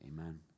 Amen